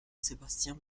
sébastien